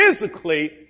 physically